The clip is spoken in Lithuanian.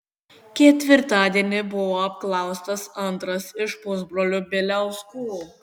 ketvirtadienį buvo apklaustas antras iš pusbrolių bieliauskų